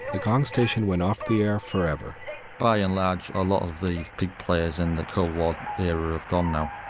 the gong station went off the air forever by and large, a lot of the big players in the cold war era have gone now.